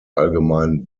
allgemein